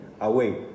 away